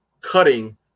cutting